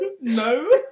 No